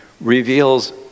reveals